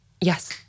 Yes